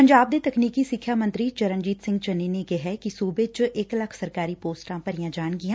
ਪੰਜਾਬ ਦੇ ਤਕਨੀਕੀ ਸਿੱਖਿਆ ਮੰਤਰੀ ਚਰਨਜੀਤ ਸਿੰਘ ਚੰਨੀ ਨੇ ਕਿਹਾ ਕਿ ਸੁਬੇ ਚ ਇਕ ਲੱਖ ਸਰਕਾਰੀ ਪੋਸਟਾਂ ਭਰੀਆਂ ਜਾਣਗੀਆਂ